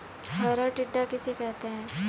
हरा टिड्डा किसे कहते हैं?